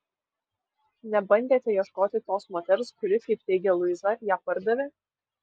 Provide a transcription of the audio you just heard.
nebandėte ieškoti tos moters kuri kaip teigia luiza ją pardavė